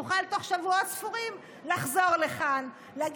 נוכל לחזור לכאן תוך שבועות ספורים,